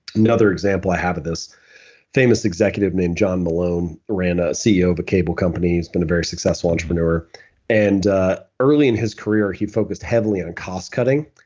another example i have of this famous executive named john malone, and a ceo of a cable company. he's been a very successful entrepreneur and ah early in his career, he focused heavily on cost cutting.